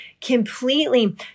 Completely